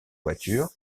voiture